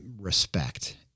respect